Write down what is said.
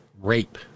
rape